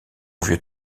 vieux